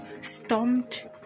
stomped